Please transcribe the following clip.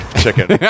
Chicken